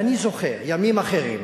ואני זוכר ימים אחרים,